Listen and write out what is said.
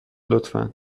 لطفا